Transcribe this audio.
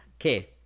okay